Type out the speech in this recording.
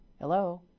Hello